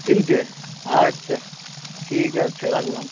কিনতে আচ্ছা ঠিক আছে রাখলাম